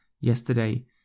yesterday